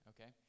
Okay